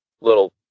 little